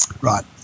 Right